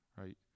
Right